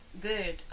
good